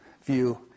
view